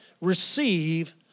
receive